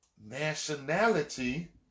nationality